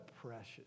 precious